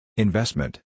Investment